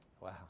Wow